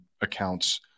accounts